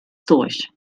durch